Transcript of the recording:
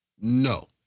No